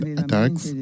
attacks